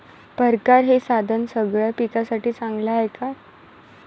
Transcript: परकारं हे साधन सगळ्या पिकासाठी चांगलं हाये का?